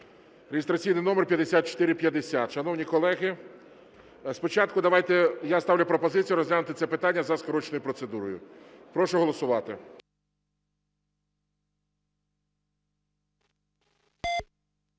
(реєстраційний номер 5450). Шановні колеги, спочатку давайте я ставлю пропозицію розглянути це питання за скороченою процедурою. Прошу голосувати.